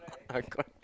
I cry